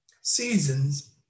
seasons